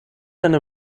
eine